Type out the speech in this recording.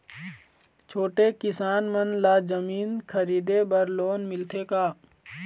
छोटे किसान मन ला जमीन खरीदे बर लोन मिलथे का?